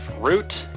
Root